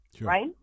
right